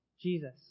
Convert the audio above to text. Jesus